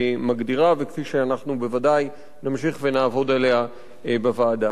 וכפי שאנחנו בוודאי נמשיך ונעבוד עליה בוועדה.